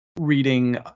reading